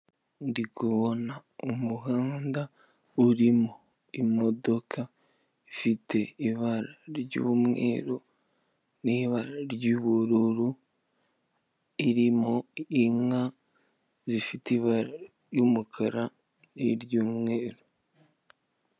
Ndibona umuhanda uri mu imodoka ifite ibara ry'umweru, n'ibara ry'ubururu irimo inka zifite ibara ry'umukara n'iry'umweru.